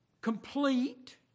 Complete